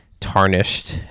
tarnished